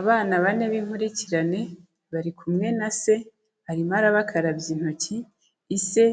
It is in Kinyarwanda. Abana bane b'inkurikirane, bari kumwe na se arimo arabakarabya intoki, ise